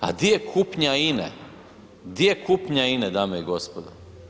A di je kupnja INE, di je kupnja INE dame i gospodo?